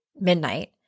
Midnight